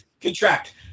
contract